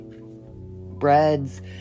breads